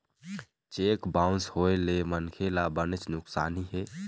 cheque bounce होए ले मनखे ल बनेच नुकसानी हे